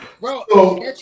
bro